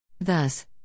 Thus